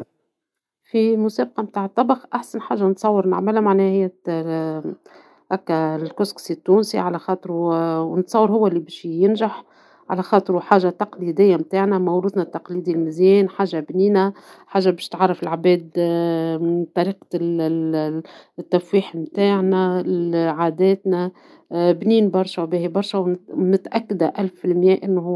إذا كنت طاهٍ في مسابقة طهي، نحب نقدم طبق "الكسكسي باللحم والخضار". نعتبره طبق تقليدي ويعكس ثقافتنا. نحب نضيف لمسة خاصة بالبهارات ونقدمها بطريقة جذابة. المكونات الطازجة والطهي الجيد هوما سر النجاح. نحب نشارك قصتي مع